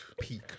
peak